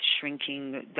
shrinking